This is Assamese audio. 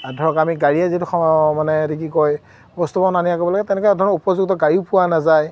ধৰক আমি গাড়ীয়ে যিটো সম মানে এইটো কি কয় বস্তুবোৰ অনা নিয়া কৰিবলৈ তেনেকৈ ধৰণৰ উপযুক্ত গাড়ীও পোৱা নাযায়